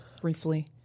briefly